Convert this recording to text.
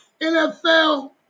NFL